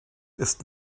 ist